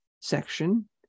section